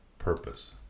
purpose